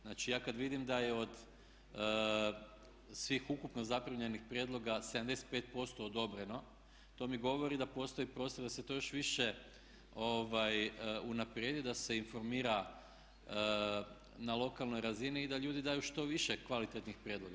Znači, ja kad vidim da je od svih ukupno zaprimljenih prijedloga 75% odobreno to mi govori da postoji prostor da se to još više unaprijedi, da se informira na lokalnoj razini i da ljudi daju što više kvalitetnih prijedloga.